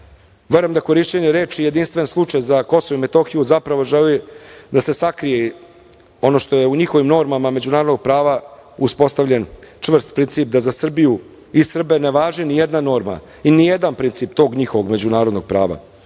Verujem da korišćenje reči "jedinstven slučaj" za Kosovo i Metohiju zapravo želi da se sakrije ono što je u njihovim normama međunarodnog prava uspostavljen čvrst princip da za Srbiju i Srbe ne važi ni jedna norma i ni jedan princip tog njihovog međunarodnog prava.